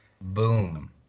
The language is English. Boom